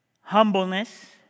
humbleness